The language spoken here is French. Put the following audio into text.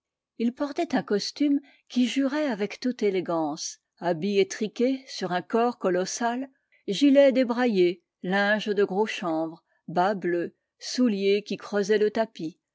il portait un costume qui jurait avec toute élégance habit étriqué sur un corps colossal gilet débraillé linge de gros chanvre bas bleus souliers qui creusaient le tapis